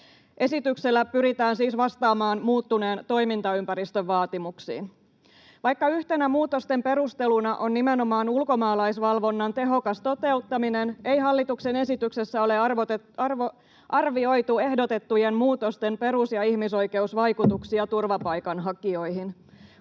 Esityksellä pyritään siis vastaamaan muuttuneen toimintaympäristön vaatimuksiin. Vaikka yhtenä muutosten perusteluna on nimenomaan ulkomaalaisvalvonnan tehokas toteuttaminen, ei hallituksen esityksessä ole arvioitu ehdotettujen muutosten perus- ja ihmisoikeusvaikutuksia turvapaikanhakijoihin.